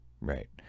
right